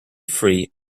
free